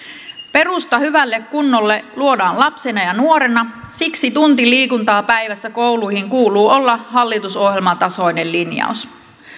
perusta hyvälle kunnolle luodaan lapsena ja nuorena siksi tunti liikuntaa päivässä kouluihin kuuluu olla hallitusohjelmatasoinen linjaus